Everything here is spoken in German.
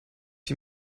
wie